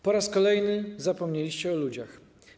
Po raz kolejny zapomnieliście o ludziach.